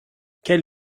quel